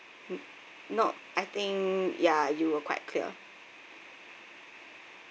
mm no I think ya you were quite clear